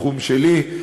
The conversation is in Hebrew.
בתחום שלי,